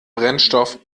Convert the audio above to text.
brennstoff